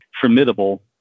formidable